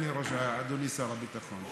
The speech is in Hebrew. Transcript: אדוני שר הביטחון?